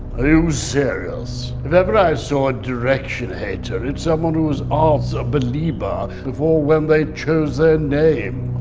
are you serious? whenever i saw a direction hater, it's someone who is also a belieber before when they chose their name,